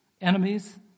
enemies